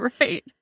right